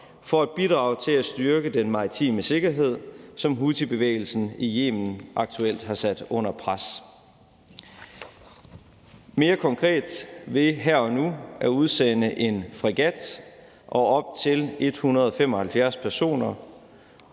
for at bidrage til at styrke den maritime sikkerhed, som houthibevægelsen i Yemen aktuelt har sat under pres. Det skal mere konkret ske ved her og nu at udsende en fregat og op til 175 personer,